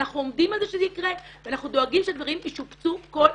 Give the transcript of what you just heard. אנחנו עומדים על זה שזה יקרה ואנחנו דואגים שדברים ישופצו כל הזמן.